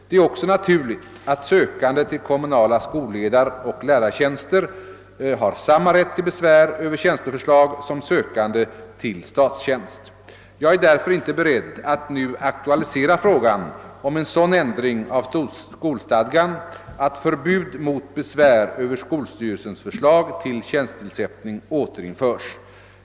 Det är också naturligt, att sökande till kommunala skolledaroch lärartjänster har samma rätt till besvär över tjänsteförslag som sökande till statstjänst. Jag är därför inte beredd att nu aktualisera frågan om en sådan ändring av skolstadgan att förbud mot besvär över skolstyrelses förslag till tjänstetillsättning återinförs.